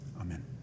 Amen